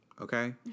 Okay